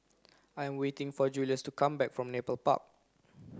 I am waiting for Julius to come back from Nepal Park